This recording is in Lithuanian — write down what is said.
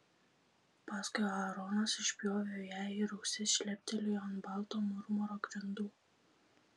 paskui aaronas išspjovė ją ir ausis šleptelėjo ant balto marmuro grindų